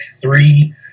Three